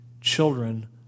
children